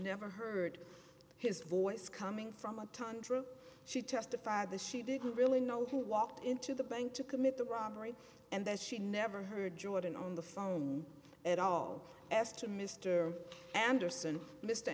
never heard his voice coming from a tundra she testified that she didn't really know who walked into the bank to commit the robbery and that she never heard jordan on the phone at all asked to mr anderson m